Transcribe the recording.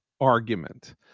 argument